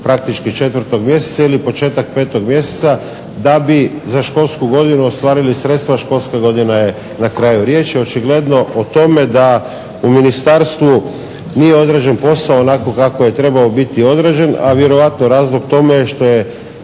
praktički četvrtog mjeseca ili početak 5 mjeseca za da bi za školsku godinu ostvarili sredstva, a školska godina je na kraju. Riječ je očigledno o tome da u ministarstvu nije odrađen posao onako kako je trebao biti odrađen, a vjerojatno je razlog tome što je